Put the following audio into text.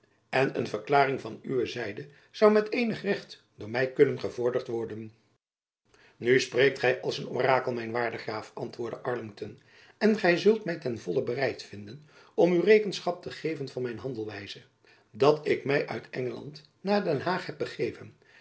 en een verklaring van uwe zijde zoû met eenig recht door my kunnen gevorderd worden nu spreekt gy als een orakel mijn waarde graaf antwoordde arlington en gy zult my ten vollen bereid vinden om u rekenschap te geven van mijn handelwijze dat ik my uit engeland naar den haag heb begeven